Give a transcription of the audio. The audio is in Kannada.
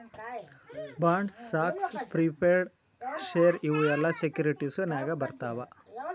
ಬಾಂಡ್ಸ್, ಸ್ಟಾಕ್ಸ್, ಪ್ರಿಫರ್ಡ್ ಶೇರ್ ಇವು ಎಲ್ಲಾ ಸೆಕ್ಯೂರಿಟಿಸ್ ನಾಗೆ ಬರ್ತಾವ್